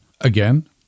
Again